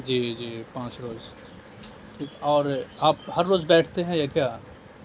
جی جی پانچ روز ٹھیک اور آپ ہر روز بیٹھتے ہیں یا کیا